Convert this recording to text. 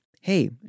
hey